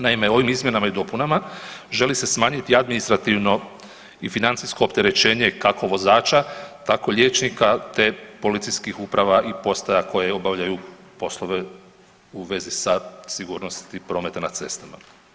Naime, ovim izmjenama i dopunama želi se smanjiti administrativno i financijsko opterećenje kako vozača, tako liječnika, te policijskih uprava i postaja koje obavljaju poslove u vezi sa sigurnosti prometa na cestama.